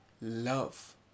love